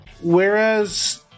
Whereas